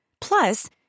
Plus